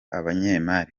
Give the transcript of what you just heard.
abanyemari